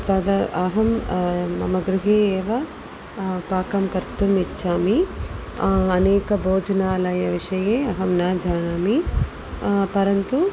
तत् अहं मम गृहे एव पाकं कर्तुम् इच्छामि अनेके भोजनालयविषये अहं न जानामि परन्तु